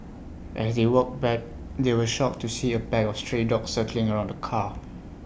as they walked back they were shocked to see A pack of stray dogs circling around the car